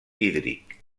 hídric